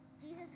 Jesus